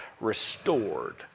restored